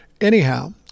Anyhow